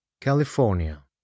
California